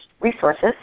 resources